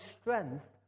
strength